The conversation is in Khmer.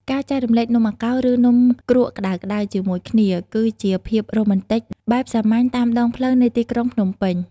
ការចែករំលែកនំអាកោ ឬនំគ្រក់ក្ដៅៗជាមួយគ្នា គឺជាភាពរ៉ូមែនទិកបែបសាមញ្ញតាមដងផ្លូវនៃទីក្រុងភ្នំពេញ។